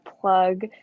plug